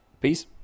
Peace